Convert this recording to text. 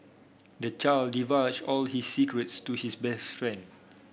the child divulged all his secrets to his best friend